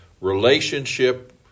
relationship